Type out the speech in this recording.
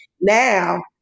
now